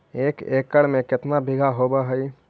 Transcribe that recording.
एक एकड़ में केतना बिघा होब हइ?